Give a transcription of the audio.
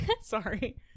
sorry